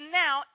now